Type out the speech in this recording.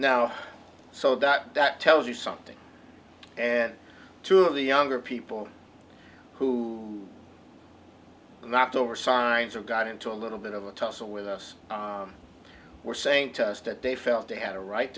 now so that that tells you something and two of the younger people who knocked over signs or got into a little bit of a tussle with us were saying to us that they felt they had a right